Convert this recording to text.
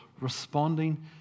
responding